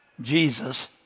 Jesus